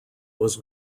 was